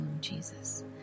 Jesus